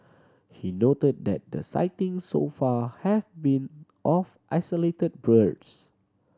he noted that the sightings so far have been of isolated birds